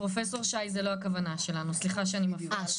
פרופ' אש,